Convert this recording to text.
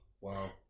Wow